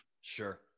Sure